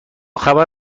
خبر